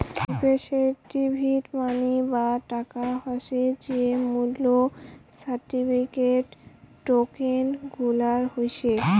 representative money বা টাকা হসে যে মূল্য সার্টিফিকেট, টোকেন গুলার হই